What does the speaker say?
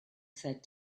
said